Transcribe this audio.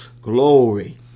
glory